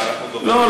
לא,